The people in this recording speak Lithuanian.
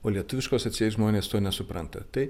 o lietuviškos atseit žmonės to nesupranta tai